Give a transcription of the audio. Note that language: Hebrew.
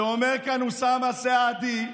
שאומר כאן אוסאמה סעדי,